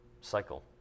cycle